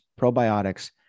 probiotics